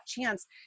chance